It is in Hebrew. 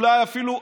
אולי אפילו,